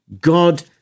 God